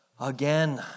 again